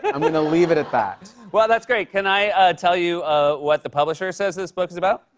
but i'm gonna leave it at that. well, that's great. can i tell you what the publisher says this book is about?